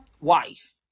Wife